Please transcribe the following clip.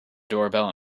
doorbell